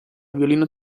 violino